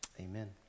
Amen